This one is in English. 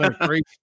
great